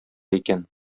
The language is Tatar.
икән